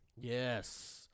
Yes